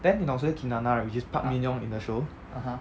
then 你懂谁是 kim na na right which is park min young in the show